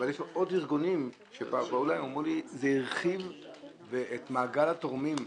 אבל יש עוד ארגונים שאמרו לי: זה הרחיב את מעגל התורמים,